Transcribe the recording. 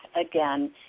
again